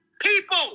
people